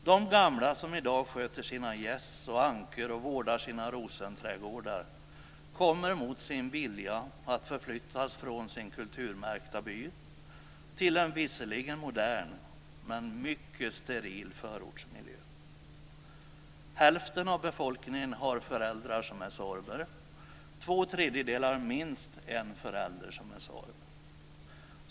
De gamla som i dag sköter sina gäss och ankor och vårdar sina rosenträdgårdar kommer mot sin vilja att förflyttas från sin kulturmärkta by till en visserligen modern men mycket steril förortsmiljö. Hälften av befolkningen har föräldrar som är sorber. Två tredjedelar har minst en förälder som är sorb.